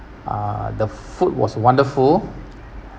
uh the food was wonderful